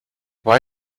why